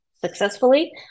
successfully